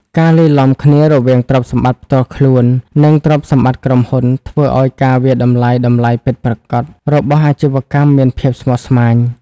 ការលាយឡំគ្នារវាងទ្រព្យសម្បត្តិផ្ទាល់ខ្លួន និងទ្រព្យសម្បត្តិក្រុមហ៊ុន ធ្វើឱ្យការវាយតម្លៃតម្លៃពិតរបស់អាជីវកម្មមានភាពស្មុគស្មាញ។